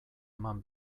eman